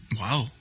wow